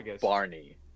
Barney